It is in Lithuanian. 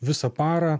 visą parą